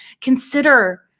consider